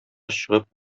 чыгып